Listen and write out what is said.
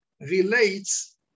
relates